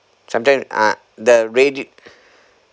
sometimes uh the radio